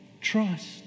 trust